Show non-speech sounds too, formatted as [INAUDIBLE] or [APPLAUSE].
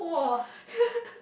[LAUGHS]